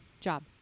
job